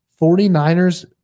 49ers